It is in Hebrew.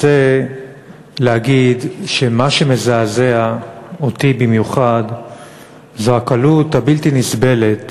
רוצה להגיד שמה שמזעזע אותי במיוחד זה הקלות הבלתי נסבלת